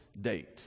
date